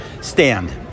stand